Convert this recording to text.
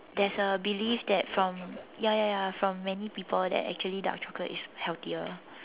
there's a belief that from ya ya ya from many people that actually dark chocolate is healthier